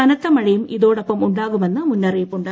കനത്ത മഴയും ഇതോടൊപ്പം ഉണ്ടാകുമെന്ന് മുന്നറിയിപ്പുണ്ട്